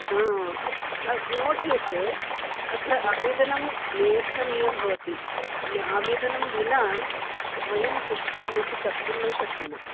हा नो चेत् अत्र आवेदनं लेखनीयं भवति आवेदनं विना वयं किमपि कर्तुं न शक्नुमः